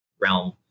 realm